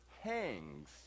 hangs